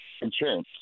Insurance